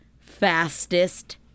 fastest